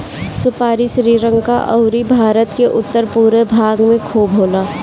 सुपारी श्रीलंका अउरी भारत के उत्तर पूरब भाग में खूब होला